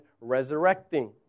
resurrecting